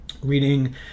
reading